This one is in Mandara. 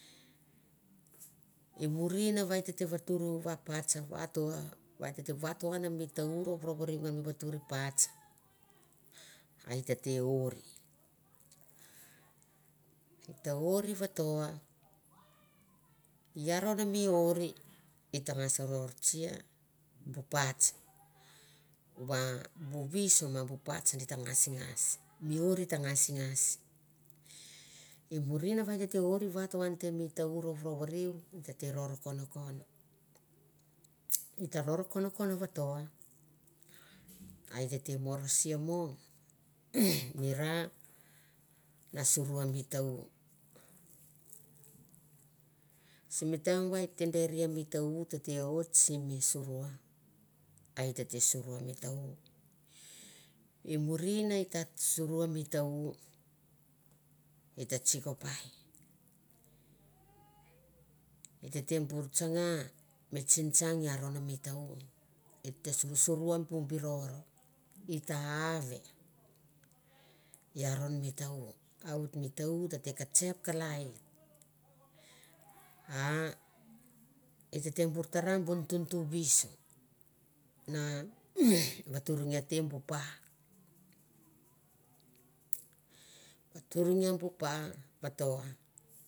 I murin va e tete vatur pats vato va a e tete vatoan mi ta- u rourouvariu ngan mi vatur pats. a tete oir vato. iaron mi oir i ta ngas rortsia bu vius ma bu pats di ta ngasingas rortsia bu pats va bu vius ma bu pats di ta ngasingas i murin va di ta oir vaton mi ta- u rourouvariu i tete ror konkon. i t ror konkon vato. a e tete mo rose mo mi ra na saru ian mi ta- u simi taim va etet deri mi ta- u tete oit simi sarua mi ta- u. eta saru mi ta- u. I murim eta saru mi ta- u, eta etete sarut tsiko pai. ete sausauru bu biror. i ta ave i aron mi ta- u a oit mi ta- u tete katsep kalai, a. e tete bor tara bu nutu nutu virus na vaturungi te bu pa. Vaturengia bu pa vato.